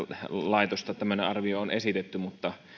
laitoksesta on esitetty mutta